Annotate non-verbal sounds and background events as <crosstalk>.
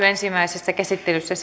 <unintelligible> ensimmäisessä käsittelyssä <unintelligible>